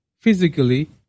Physically